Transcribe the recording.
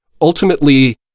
ultimately